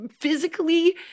physically